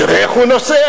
תראה איך הוא נוסע,